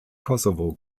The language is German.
kosovo